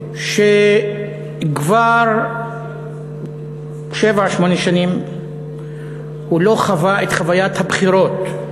שכבר שבע-שמונה שנים לא חווה את חוויית הבחירות,